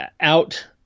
out